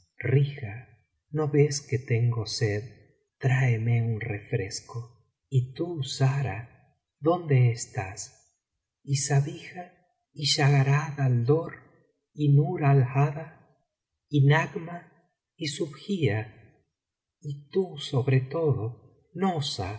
no ves que tengo sed tráeme un refresco y tú zahra dónde estás y sabina y schagarad al dorr y nur alhada y nagma y subhia y tú sobre todo nozha